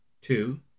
Two